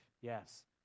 yes